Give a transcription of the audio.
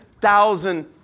thousand